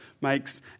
makes